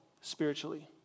spiritually